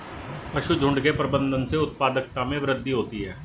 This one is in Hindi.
पशुझुण्ड के प्रबंधन से उत्पादकता में वृद्धि होती है